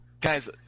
Guys